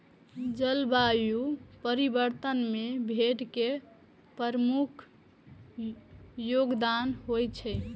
जलवायु परिवर्तन मे भेड़ के प्रमुख योगदान होइ छै